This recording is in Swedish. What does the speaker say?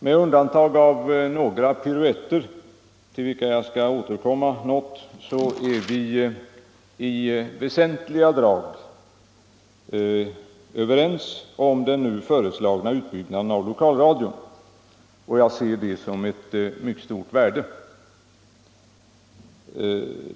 Med undantag av några piruetter till vilka jag skall återkomma är vi i väsentliga drag överens om den nu föreslagna utbyggnaden av lokalradioverksamheten. Jag ser detta såsom ett mycket stort värde.